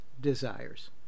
desires